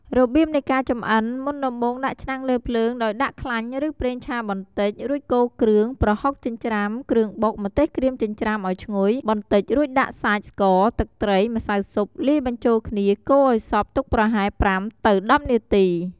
របៀបនៃការចម្អិន មុនដំបូងដាក់ឆ្នាំងលើភ្លើងដោយដាក់ខ្លាញ់ឬប្រេងឆាបន្តិច រួចកូរគ្រឿង ប្រហុកចិញ្ច្រាំ គ្រឿងបុក ម្ទេសក្រៀមចិញ្ច្រាំឱ្យឈ្ងុយ បន្តិចរួចដាក់សាច់ ស្ករ ទឹកត្រី ម្សៅស៊ុប លាយបញ្ចូលគ្នា កូរឱ្យសព្វទុកប្រហែល ៥-១០នាទី។